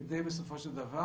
כדי שבסופו של דבר,